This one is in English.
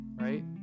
right